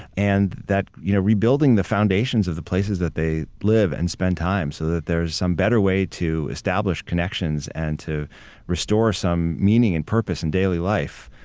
and that, you know rebuilding the foundations of the places they live and spend time, so that there's some better way to establish connections and to restore some meaning and purpose in daily life.